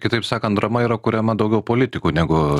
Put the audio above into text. kitaip sakant drama yra kuriama daugiau politikų negu